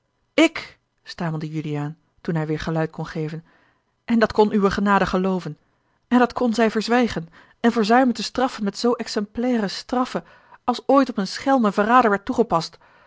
ik stamelde juliaan toen hij weêr geluid kon geven en dat kon uwe genade gelooven en dat kon zij verzwijgen en verzuimen te straffen met zoo exemplaire straffe als ooit op een schelm en verrader werd toegepast